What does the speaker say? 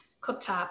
cooktop